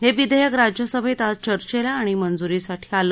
हे विधेयक राज्यसभेत आज चर्चेला आणि मंजुरीसाठी आलं